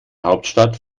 hauptstadt